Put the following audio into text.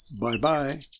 Bye-bye